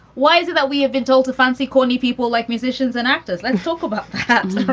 why is it that we have adult fancy quality people like musicians and actors? let's think about how